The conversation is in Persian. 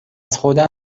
نمیآورم